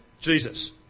Jesus